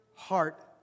Heart